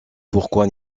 pourquoi